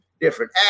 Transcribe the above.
different